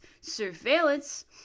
surveillance